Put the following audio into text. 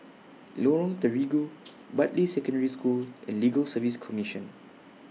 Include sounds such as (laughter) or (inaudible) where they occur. Lorong Terigu (noise) Bartley Secondary School and Legal Service Commission